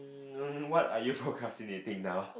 um no no what are you procrastinating now